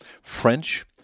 French